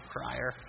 Crier